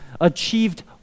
achieved